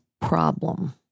problem